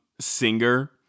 Singer